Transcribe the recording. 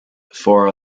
four